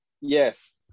Yes